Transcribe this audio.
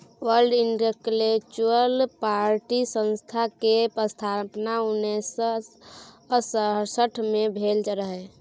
world intellectual property संस्था केर स्थापना उन्नैस सय सड़सठ मे भेल रहय